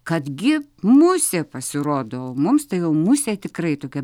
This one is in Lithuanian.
kadgi musė pasirodo mums tai jau musė tikrai tokia